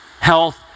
health